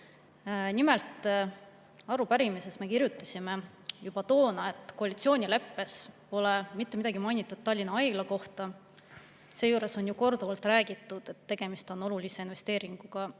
Nimelt, arupärimises me kirjutasime juba toona, et koalitsioonileppes pole mitte midagi mainitud Tallinna Haigla kohta. Seejuures on ju korduvalt räägitud, et tegemist on olulise investeeringuga